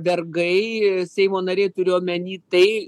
vergai seimo nariai turiu omeny tai